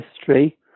history